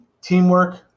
Teamwork